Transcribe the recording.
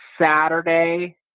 Saturday